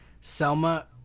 Selma